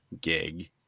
gig